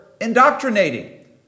indoctrinating